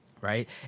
right